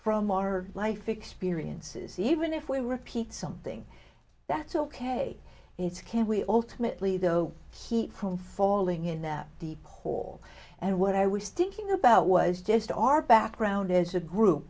from our life experiences even if we repeat something that's ok it's can we alternately though heat from falling in that deep hole and what i was thinking about was just our background as a group